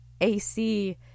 AC